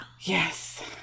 Yes